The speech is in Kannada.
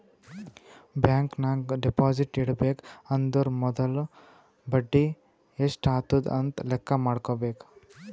ಬ್ಯಾಂಕ್ ನಾಗ್ ಡೆಪೋಸಿಟ್ ಇಡಬೇಕ ಅಂದುರ್ ಮೊದುಲ ಬಡಿ ಎಸ್ಟ್ ಆತುದ್ ಅಂತ್ ಲೆಕ್ಕಾ ಮಾಡ್ಕೋಬೇಕ